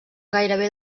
gairebé